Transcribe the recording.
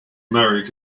married